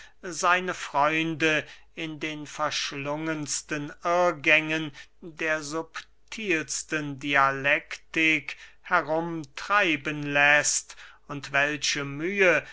seine freunde in den verschlungensten irrgängen der subtilsten dialektik herumtreiben läßt und welche mühe